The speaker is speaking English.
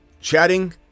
chatting